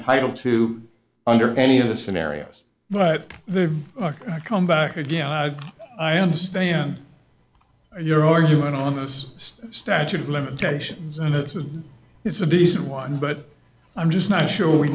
entitled to under any of the scenarios but they've come back again i understand your argument on this statute of limitations and it's a it's a decent one but i'm just not sure w